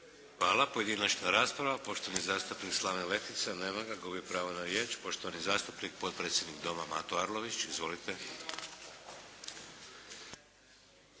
Hvala. Pojedinačna rasprava. Poštovani zastupnik Slaven Letica. Nema ga. Gubi pravo na riječ. Poštovani zastupnik i potpredsjednik Doma, Mato Arlović. Izvolite.